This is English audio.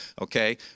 okay